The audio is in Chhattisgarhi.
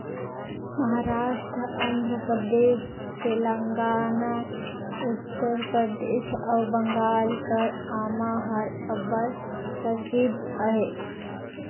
महारास्ट, आंध्र परदेस, तेलंगाना, उत्तर परदेस अउ बंगाल कर आमा हर अब्बड़ परसिद्ध अहे